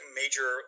major